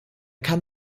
kann